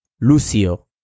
Lucio